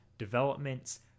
developments